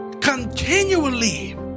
continually